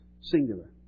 Singular